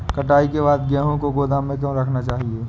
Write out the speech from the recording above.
कटाई के बाद गेहूँ को गोदाम में क्यो रखना चाहिए?